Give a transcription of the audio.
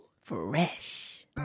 Fresh